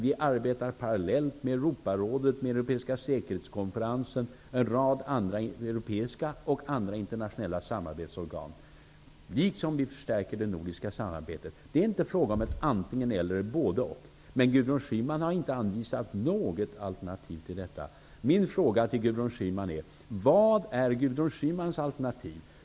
Vi arbetar parallellt med Europarådet, med Europeiska säkerhetskonferensen och med en rad andra europeiska och internationella samarbetsorgan, liksom vi förstärker det nordiska samarbetet. Det är inte fråga om ett antingen eller, utan både -- och. Men Gudrun Schyman har inte anvisat något alternativ till detta. Mina frågor till Gudrun Schyman är: Vad är Gudrun Schymans alternativ?